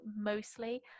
mostly